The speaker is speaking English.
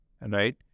right